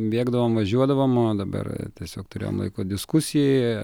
bėgdavom važiuodavom o dabar tiesiog turėjom laiko diskusijai